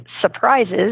surprises